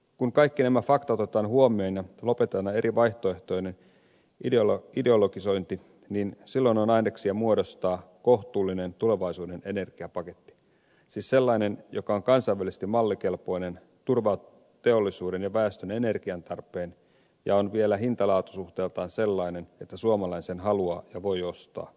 kun kaikki nämä faktat otetaan huomioon ja lopetetaan tämä eri vaihtoehtojen ideologisointi niin silloin on aineksia muodostaa kohtuullinen tulevaisuuden energiapaketti siis sellainen joka on kansainvälisesti mallikelpoinen turvaa teollisuuden ja väestön energiantarpeen ja on vielä hintalaatu suhteeltaan sellainen että suomalainen sen haluaa ja voi ostaa